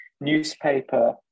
newspaper